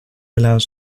allows